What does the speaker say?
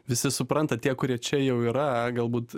visi supranta tie kurie čia jau yra galbūt